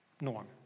norm